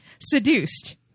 Seduced